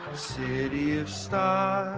city of stars